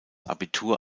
abitur